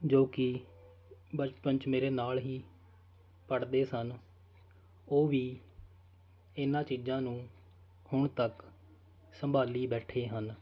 ਜੋ ਕਿ ਬਚਪਨ 'ਚ ਮੇਰੇ ਨਾਲ ਹੀ ਪੜ੍ਹਦੇ ਸਨ ਉਹ ਵੀ ਇਹਨਾਂ ਚੀਜ਼ਾਂ ਨੂੰ ਹੁਣ ਤੱਕ ਸੰਭਾਲੀ ਬੈਠੇ ਹਨ